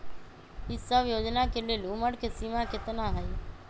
ई सब योजना के लेल उमर के सीमा केतना हई?